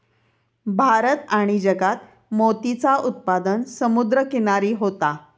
भारत आणि जगात मोतीचा उत्पादन समुद्र किनारी होता